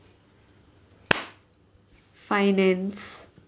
finance